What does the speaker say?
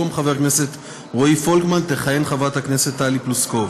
במקום חבר כנסת רועי פולקמן תכהן חברת הכנסת טלי פלוסקוב.